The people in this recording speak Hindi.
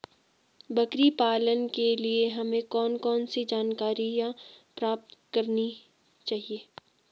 बकरी पालन के लिए हमें कौन कौन सी जानकारियां प्राप्त करनी चाहिए?